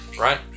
Right